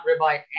ribeye